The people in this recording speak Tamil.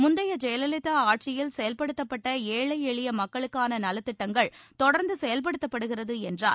முந்தைய ஜெயலலிதா ஆட்சியில் செயல்படுத்தப்பட்ட ஏழை எளிய மக்களுக்கான நலத்திட்டங்கள் தொடர்ந்து செயல்படுத்தப்படுகிறது என்றார்